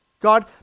God